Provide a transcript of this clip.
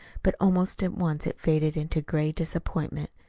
but almost at once it faded into gray disappointment.